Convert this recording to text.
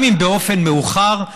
גם אם באופן מאוחר,